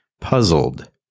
puzzled